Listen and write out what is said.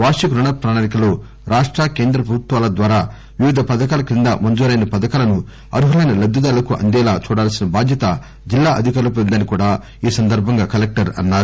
వార్షిక రుణ ప్రణాళికలో రాష్ట కెంద్ర ప్రభుత్వాల ద్వారా వివిధ పథకాల క్రింద మంజురైన పథకాలను అర్ఘలైన లబ్దిదారులకు అందేలా చూడాల్సిన బాధ్యత జిల్లా అధికారులపై ఉందని ఆయన అన్నారు